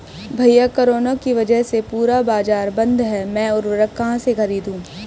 भैया कोरोना के वजह से पूरा बाजार बंद है मैं उर्वक कहां से खरीदू?